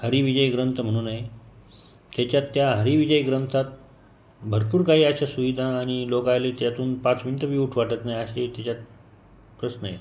हरिविजय ग्रंथ म्हणून आहे त्याच्यात त्या हरिविजय ग्रंथात भरपूर काही अशा सुविधा आणि लोकाहिलेच्यातून पाच मिनिटं बी उठू वाटत नाही असे त्याच्यात प्रश्न आहेत